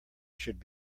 should